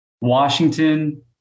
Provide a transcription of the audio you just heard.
Washington